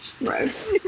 Right